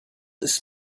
this